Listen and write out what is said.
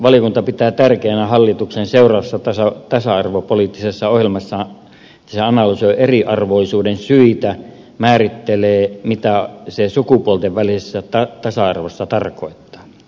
valiokunta pitää tärkeänä että hallitus seuraavassa tasa arvopoliittisessa ohjelmassaan analysoi eriarvoisuuden syitä ja määrittelee mitä se sukupuolten välisellä tasa arvolla tarkoittaa